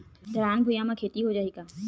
ढलान भुइयां म खेती हो जाही का?